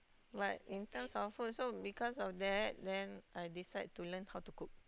but in terms of food so because of that then I decide how to learn how to cook